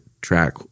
track